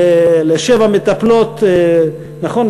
לשבע מטפלות, נכון?